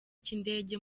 cy’indege